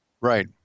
Right